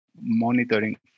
monitoring